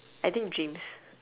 I think dreams